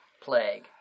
plague